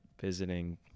visiting